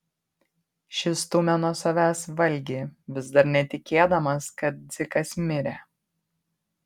šis stūmė nuo savęs valgį vis dar netikėdamas kad dzikas mirė